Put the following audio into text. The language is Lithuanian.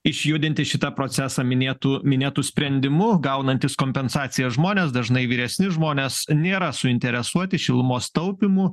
išjudinti šitą procesą minėtu minėtu sprendimu gaunantys kompensaciją žmonės dažnai vyresni žmonės nėra suinteresuoti šilumos taupymu